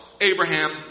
Abraham